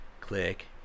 click